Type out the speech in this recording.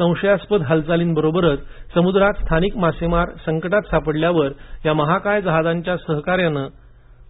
संशयास्पद हालचालींबरोबरच समुद्रात स्थानिक मासेमार संकटात सापडल्यावर या महाकाय जहाजांचं सहकार्य